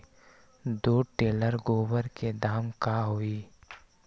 दो टेलर गोबर के दाम का होई?